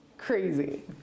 crazy